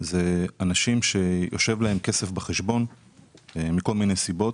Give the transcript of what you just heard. זה אנשים שיושב להם כסף בחשבון מכל מיני סיבות,